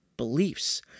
beliefs